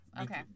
okay